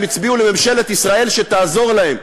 הם הצביעו לממשלת ישראל כדי שתעזור להם,